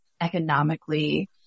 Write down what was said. economically